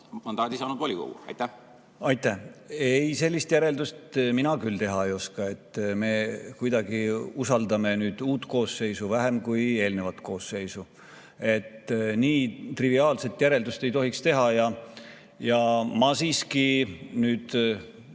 mandaadi saanud volikoguga? Aitäh,